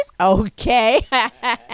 Okay